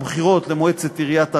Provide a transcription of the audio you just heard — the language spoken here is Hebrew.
הבחירות למועצת עיריית ערד,